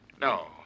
No